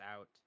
out